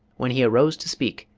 when he arose to speak,